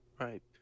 Right